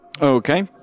okay